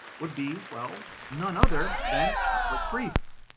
would be well, none other than catholic priests.